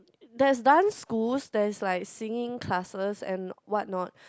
that's dance schools that is like singing classes and why not